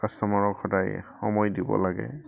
কাষ্টমাৰক সদায় সময় দিব লাগে